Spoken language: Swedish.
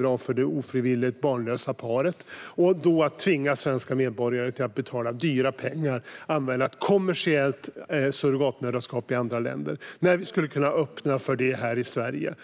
och för det ofrivilligt barnlösa paret men tvingar svenska medborgare att betala dyra pengar för att använda sig av ett kommersiellt surrogatmoderskap i andra länder när vi skulle kunna öppna för det i Sverige.